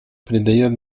придает